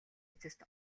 эцэст